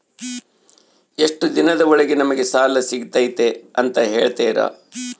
ಎಷ್ಟು ದಿನದ ಒಳಗೆ ನಮಗೆ ಸಾಲ ಸಿಗ್ತೈತೆ ಅಂತ ಹೇಳ್ತೇರಾ?